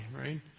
right